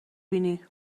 بینی